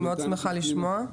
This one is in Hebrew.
אני מאוד שמחה לשמוע.